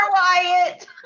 Wyatt